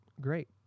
great